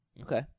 Okay